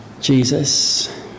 Jesus